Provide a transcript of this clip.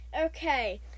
Okay